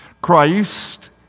Christ